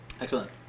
Excellent